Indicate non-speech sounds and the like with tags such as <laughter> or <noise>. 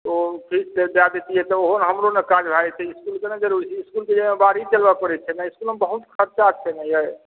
ओ फीसके दऽ देतियै तऽ ओ हमरो ने काज भए जेतै इसकुलके <unintelligible> पड़ै छै ने इसकुलमे बहुत खर्चा छै ने ये